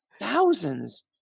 Thousands